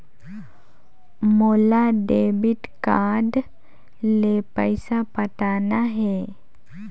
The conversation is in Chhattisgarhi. मोला डेबिट कारड ले पइसा पटाना हे?